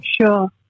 Sure